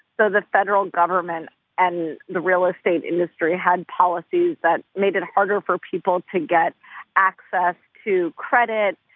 so the federal government and the real estate industry had policies that made it harder for people to get access to credit,